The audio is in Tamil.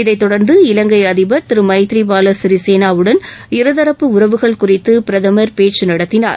இதை தொடர்ந்து இலங்கை அதிபர் திரு மைதிரிபாலா சிரிசேனாவுடன் இருதரப்பு உறவுகள் குறித்து பிரதமர் பேச்சு நடத்தினார்